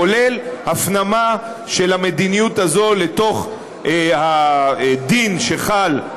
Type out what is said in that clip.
כולל הפנמה של המדיניות הזו לתוך הדין שחל,